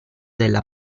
della